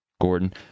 Gordon